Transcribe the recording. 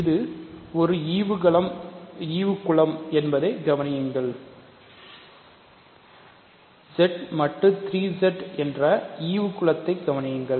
இது ஒரு ஈவு குலம் என்பதை கவனியுங்கள் Z மட்டு 3 Z என்ற ஈவு குலத்தை கவனியுங்கள்